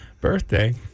birthday